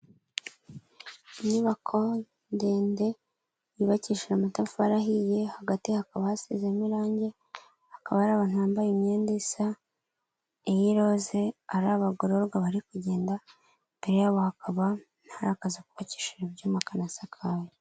Inyubako ndende yubakishije amatafari ahiye hagati hakaba hasizemo irange, hakaba hari abantu bambaye imyenda isa iy'iroze, ari abagororwa bari kugenda, imbere yabo hakaba hari akazu kubakishije ibyuma kanasakaye.